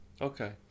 Okay